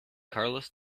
carlos